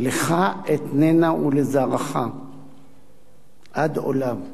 "לך אתננה ולזרעך עד עולם".